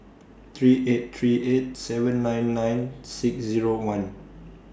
three eight three eight seven nine nine six Zero one